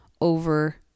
over